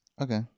okay